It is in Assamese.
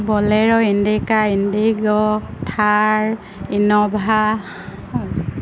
বলে'ৰ ইণ্ডিকা ইণ্ডিগ' থাৰ ইন'ভা